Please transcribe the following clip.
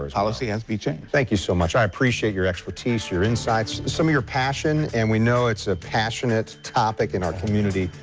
policy has to be changed thank you so much. i appreciate your expertise, your insights, some of your passion. and we know it's a passionate topic in our community.